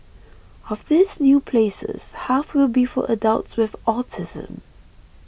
of these new places half will be for adults with autism